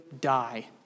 die